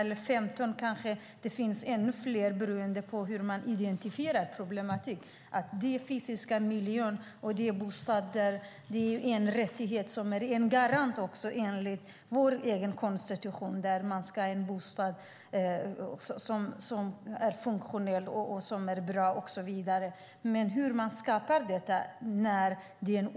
Det finns ännu fler sådana områden beroende på hur man identifierar problemen. Bostad är en rättighet som garanteras enligt vår konstitution, en bostad som är funktionell och så vidare. Hur skapar man detta?